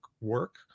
work